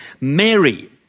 Mary